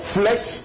flesh